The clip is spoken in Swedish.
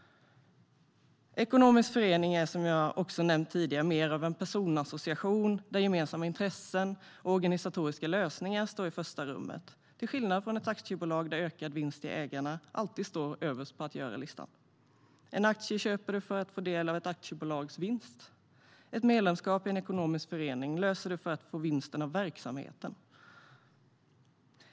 Ekonomisk förening är, som jag nämnt tidigare, mer av en personassociation där gemensamma intressen och organisatoriska lösningar står i första rummet, till skillnad från ett aktiebolag där ökad vinst till ägarna alltid står överst på att-göra-listan. En aktie köper man för att få del av ett aktiebolags vinst medan man löser ett medlemskap i en ekonomisk förening för att få vinsten av verksamheten.